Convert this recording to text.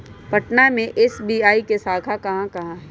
पटना में एस.बी.आई के शाखा कहाँ कहाँ हई